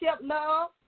love